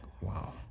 wow